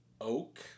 oak